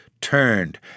turned